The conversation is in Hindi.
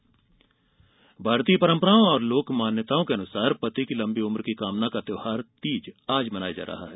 तीज भारतीय परंपराओं और लोक मान्यताओं के अनुसार पति की लंबी उम्र की कामना का त्यौहार तीज आज मनाया जा रहा है